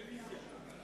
רוויזיה.